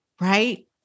right